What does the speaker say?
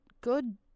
good